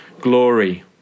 glory